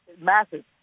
massive